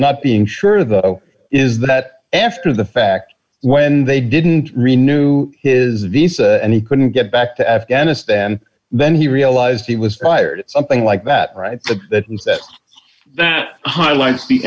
not being sure though is that after the fact when they didn't renew his visa and he couldn't get back to afghanistan then he realized he was fired something like that right that is that highlights the